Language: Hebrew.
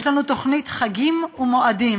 יש לנו תוכנית "חגים ומועדים"